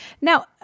Now